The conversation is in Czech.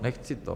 Nechci to.